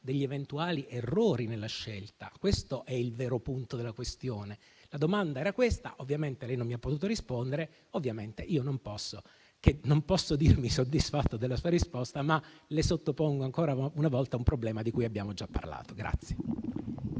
degli eventuali errori nella scelta. Questo è il vero punto della questione. La domanda era questa, ovviamente lei non mi ha potuto rispondere, quindi non posso dirmi soddisfatto della sua risposta, ma le sottopongo ancora una volta un problema di cui abbiamo già parlato.